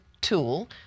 tool